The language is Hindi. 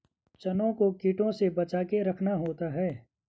चनों को कीटों से बचाके रखना होता है